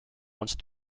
once